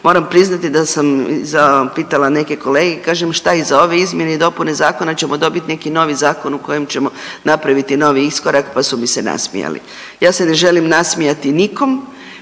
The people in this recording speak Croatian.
se ne razumije/… pitala neke kolege i kažem šta iza ove izmjene i dopune zakona ćemo dobit neki novi zakon u kojem ćemo napraviti nove iskorake, pa su mi se nasmijali. Ja se ne želim nasmijati nikom,